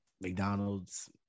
McDonald's